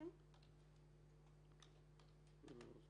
כן.